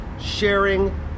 sharing